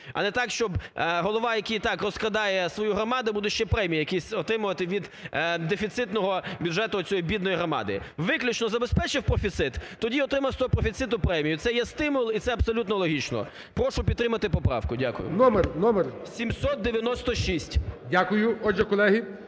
А не так, щоб голова, який і так розкрадає свою громаду, буде ще премії якісь отримувати від дефіцитного бюджету цієї бідної громади. Виключно забезпечив профіцит, тоді отримав стопрофіцитну премію, це є стимул і це абсолютно логічно. Прошу підтримати поправку. Дякую. ГОЛОВУЮЧИЙ. Номер, номер?